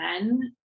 men